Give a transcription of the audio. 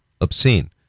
obscene